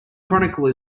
chronicle